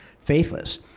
faithless